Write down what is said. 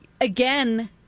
again